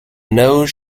nose